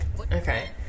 Okay